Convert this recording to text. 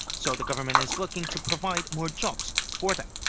so the government is looking to provide more jobs for them.